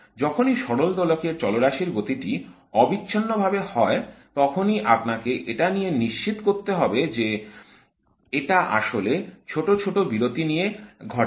যখনই সরল দোলকের চলরাশির গতিটি অবিচ্ছিন্নভাবে হয় তখনই আপনাকে এটা নিয়ে চিন্তা করতে হবে যে এটা আসলে ছোট ছোট বিরতি নিয়ে ঘটতে থাকে